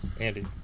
Andy